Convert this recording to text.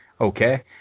Okay